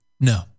No